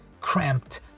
cramped